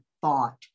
thought